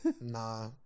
nah